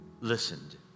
listened